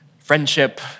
Friendship